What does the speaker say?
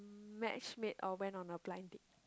match made or went on a blind date